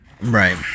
Right